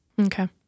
Okay